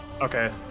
okay